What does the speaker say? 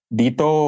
dito